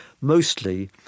mostly